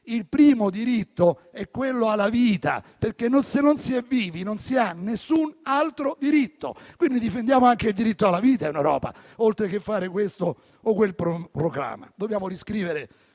il primo è quello alla vita, perché, se non si è vivi, non si ha nessun altro diritto. Difendiamo quindi anche il diritto alla vita in Europa, oltre che fare questo o quel proclama. Dobbiamo riscrivere